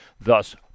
thus